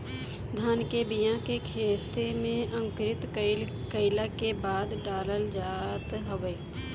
धान के बिया के खेते में अंकुरित कईला के बादे डालल जात हवे